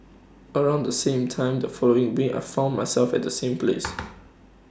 around the same time the following week I found myself at the same place